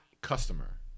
customer